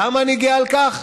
למה אני גאה על כך?